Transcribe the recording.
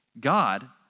God